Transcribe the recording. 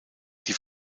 die